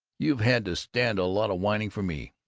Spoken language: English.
you've had to stand a lot of whining from me,